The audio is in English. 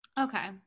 Okay